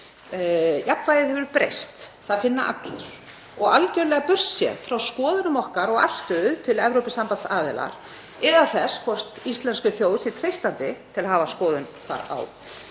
Jafnvægið hefur breyst, það finna allir, og algerlega burt séð frá skoðunum okkar og afstöðu til Evrópusambandsaðildar eða þess hvort íslenskri þjóð sé treystandi til að hafa skoðun á